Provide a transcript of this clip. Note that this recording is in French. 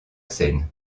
seine